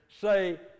say